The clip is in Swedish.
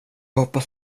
hoppas